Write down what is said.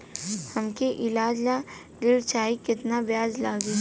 हमका ईलाज ला ऋण चाही केतना ब्याज लागी?